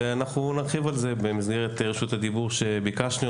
ואנחנו נרחיב על זה במסגרת רשות הדיבור שביקשנו.